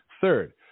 Third